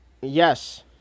yes